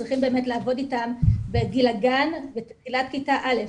צריכים לעבוד איתם בגיל הגן ותחילת כיתה א'.